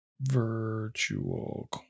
Virtual